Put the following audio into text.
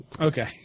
Okay